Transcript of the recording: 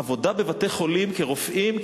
עבודה בבתי-חולים כרופאים,